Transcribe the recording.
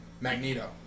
Magneto